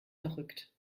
verrückt